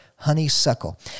Honeysuckle